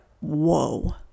whoa